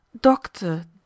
Doctor